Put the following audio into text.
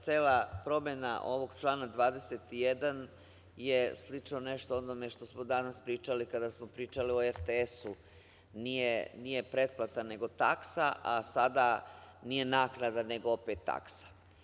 Cela promena ovog člana 21. je slično nešto onome što smo danas pričali kada smo pričali o RTS-u, nije pretplata nego taksa, a sada nije naknada nego opet taksa.